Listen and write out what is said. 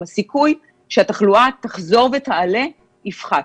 הסיכוי שהתחלואה תחזור ותעלה תפחת.